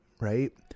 right